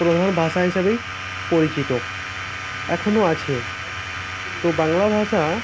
প্রাধান ভাষা হিসাবেই পরিচিত এখনো আছে তো বাংলা ভাষা